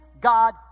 God